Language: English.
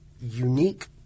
unique